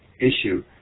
issue